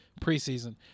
preseason